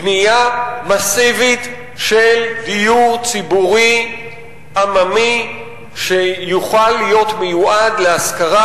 בנייה מסיבית של דיור ציבורי עממי שיוכל להיות מיועד להשכרה,